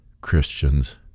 Christians